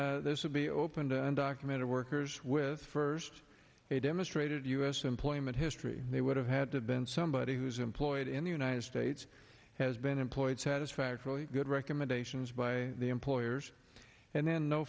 then this would be open to undocumented workers with first a demonstrated u s employment history they would have had to been somebody who's employed in the united states has been employed satisfactorily good recommendations by the employers and then no